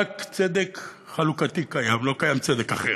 רק צדק חלוקתי קיים, לא קיים צדק אחר,